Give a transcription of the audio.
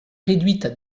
réduites